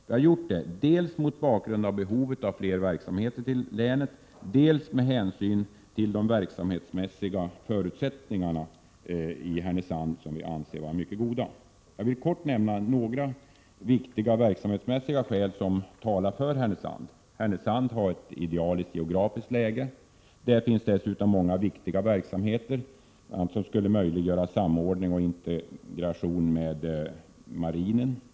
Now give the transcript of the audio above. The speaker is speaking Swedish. Vi har gjort det dels mot bakgrund av behovet av fler verksamheter till länet, dels med hänsyn till att de verksamhetsmässiga förutsättningarna är mycket goda i Härnösand. Jag vill kort nämna några viktiga verksamhetsmässiga skäl som talar för Härnösand. Härnösand har ett idealiskt geografiskt läge. Där finns det dessutom många viktiga verksamheter som skulle möjliggöra samordning och integration med marinen.